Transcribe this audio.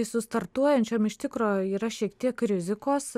su startuojančiom iš tikro yra šiek tiek rizikos